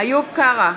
איוב קרא,